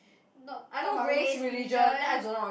not talk about race religion